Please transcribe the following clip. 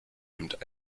nimmt